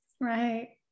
Right